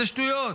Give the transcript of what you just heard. זה שטויות,